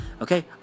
okay